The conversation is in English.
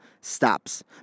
stops